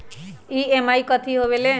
EMI कथी होवेले?